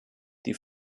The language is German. die